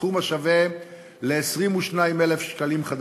בסכום השווה ל-22,000 ש"ח,